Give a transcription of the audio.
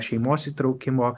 šeimos įtraukimo